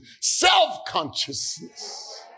self-consciousness